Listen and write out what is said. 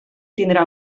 tindrà